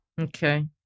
Okay